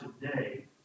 today